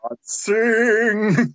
sing